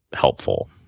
helpful